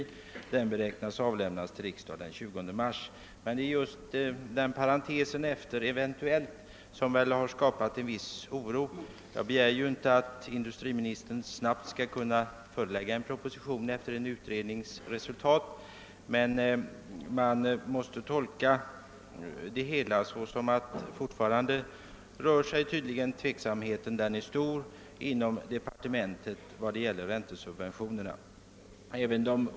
Propositionen beräknas bli avlämnad till riksdagen den 20 mars, men en viss oro har skapats av att det efteråt inom parentes står »eventuellt». Jag begär inte att industriministern skall kunna framlägga en proposition endast en kort tid efter det att en utredning har presenterat resultatet av sitt arbete, men man måste tolka uppgiften så, att tveksamheten inom departementet fortfarande är stor vad gäller räntesubventioner.